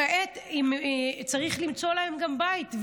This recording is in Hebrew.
כעת צריך למצוא להם גם בית,